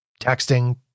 texting